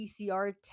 PCR